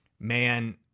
Man